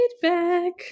feedback